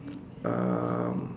um